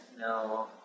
No